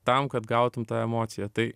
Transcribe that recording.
tam kad gautum tą emociją tai